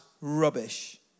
rubbish